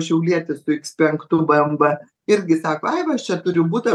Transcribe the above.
šiaulietis su iks penktu bmw irgi sako aj va aš čia turiu butą